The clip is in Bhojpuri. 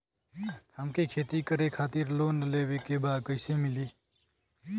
हमके खेती करे खातिर लोन लेवे के बा कइसे मिली?